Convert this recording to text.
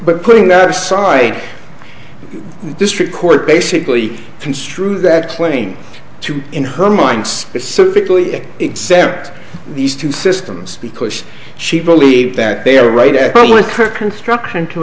but putting that aside the district court basically construe that claim to in her mind specifically except these two systems because she believed that they are right at par with her construction to